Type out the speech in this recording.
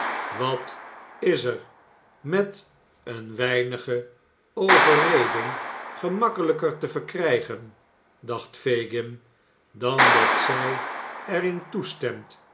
wat is er met een weinige overreding gemakkelijker te verkrijgen dacht fagin dan dat zij er